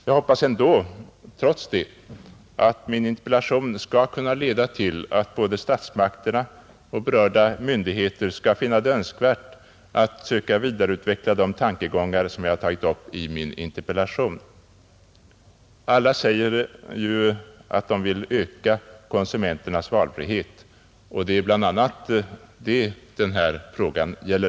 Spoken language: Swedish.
Jag hoppas ändå — trots det — att min interpellation skall kunna leda till att både statsmakterna och berörda myndigheter skall finna det önskvärt att söka vidareutveckla de tankegångar som jag har tagit upp i min interpellation. Alla säger att de vill öka konsumenternas valfrihet, och det är det den här frågan gäller.